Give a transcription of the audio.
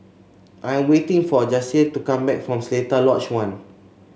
I am waiting for Jase to come back from Seletar Lodge One